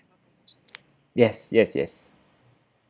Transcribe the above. yes yes yes